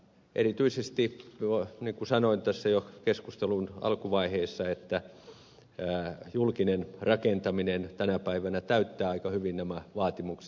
erityisesti niin kuin sanoin jo keskustelun alkuvaiheessa julkinen rakentaminen tänä päivänä täyttää aika hyvin nämä vaatimukset